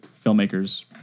filmmakers